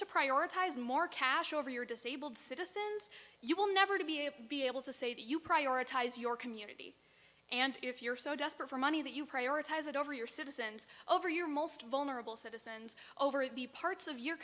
to prioritize more cash over your disabled citizens you will never to be a be able to say that you prioritize your community and if you're so desperate for money that you prioritize it over your citizens over your most vulnerable citizens over the parts of your